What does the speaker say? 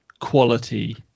quality